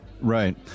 Right